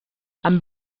amb